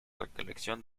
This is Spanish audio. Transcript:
recolección